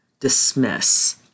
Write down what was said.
Dismiss